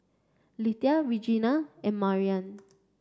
Lethia Regena and Mariann